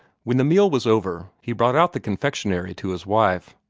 when the meal was over, he brought out the confectionery to his wife,